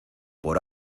por